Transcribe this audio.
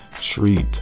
treat